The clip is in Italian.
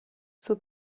suo